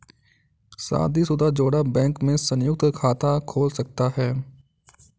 शादीशुदा जोड़ा बैंक में संयुक्त खाता खोल सकता है